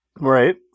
Right